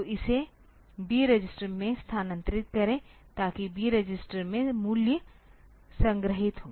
तो इसे B register में स्थानांतरित करें ताकि B रजिस्टर में मूल्य संग्रहीत हो